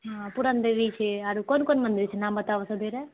हँ पुरणदेवी छै आओरो कोन कोन मन्दिर छै नाम बताबहो तऽ जरा